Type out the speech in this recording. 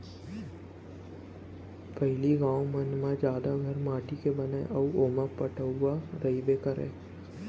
पहिली गॉंव मन म जादा घर माटी के बनय अउ ओमा पटउहॉं रइबे करय